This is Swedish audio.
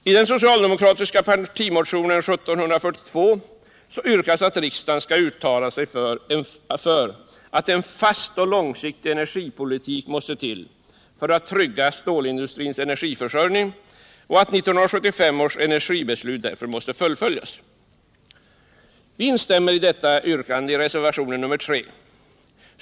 I den socialdemokratiska partimotionen 1742 yrkas att riksdagen skall uttala sig för att en fast och långsiktig energipolitik måste till för att trygga stålindustrins energiförsörjning och att 1975 års energibeslut därför måste fullföljas. Vi instämmer i detta yrkande i reservationen 3.